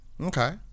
Okay